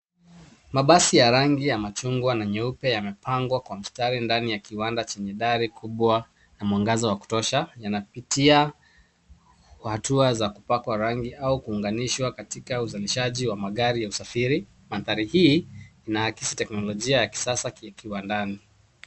Mabasi ya rangi ya machungwa na nyeupe yanapangwa kwa mstari ndani ya kiwanda chenye dari kubwa na mwangaza wa kutosha yanapitia kwa hatua za kupakwa rangi au kuunganishwa katika uzanishaji gari ya usafiri. Mandhari hii inaakisi teknolojia ya kisasa kiwandani.